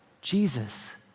Jesus